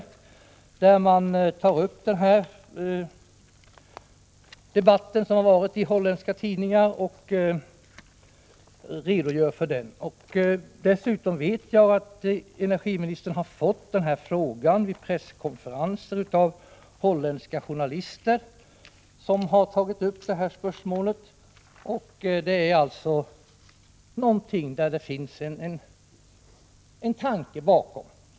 Man redogör där för den debatt som har förekommit i holländska tidningar. Dessutom vet jag att holländska journalister har frågat energiministern om den här saken vid presskonferenser. Det finns alltså en tanke bakom detta.